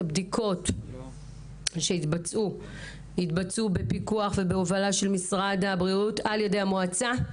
הבדיקות שיתבצעו יתבצעו בפיקוח ובהובלה של משרד הבריאות על ידי המועצה.